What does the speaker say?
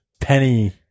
penny